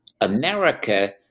America